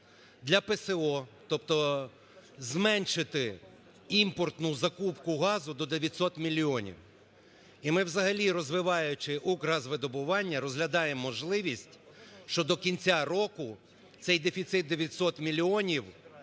для ПСО, тобто зменшити імпортну закупку газу до 900 мільйонів. І ми взагалі, розвиваючи "Укргазвидобування", розглядаємо можливість, що до кінця року цей дефіцит 900 мільйонів